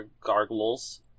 gargles